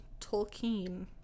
Tolkien